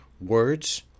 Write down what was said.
Words